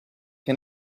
che